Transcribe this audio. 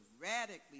radically